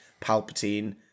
Palpatine